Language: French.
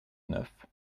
neuf